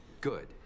Good